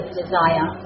desire